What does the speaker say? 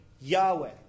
Yahweh